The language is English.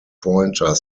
pointer